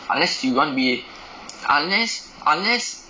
unless you want be unless unless